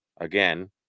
again